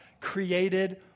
created